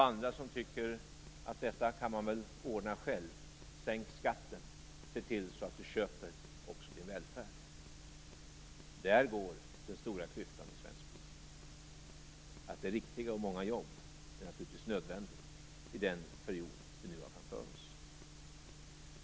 Andra tycker att man kan väl ordna det själv: Sänk skatten, se till att du köper också till välfärd. Där går den stora skiljelinjen i svensk politik. Att det är riktiga och många jobb är naturligtvis nödvändigt i den period som vi nu har framför oss.